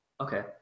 Okay